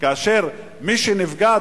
כאשר מי שנפגע,